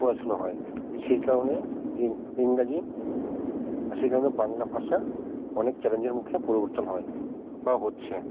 পড়াশুনো হয় সেই কারণে ইংরাজি আর সেই কারণে বাংলা ভাষা অনেক চ্যালেঞ্জের মুখে পরিবর্তন হয় বা হচ্ছে